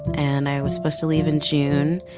and i was supposed to leave in june,